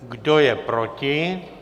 Kdo je proti?